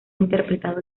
interpretado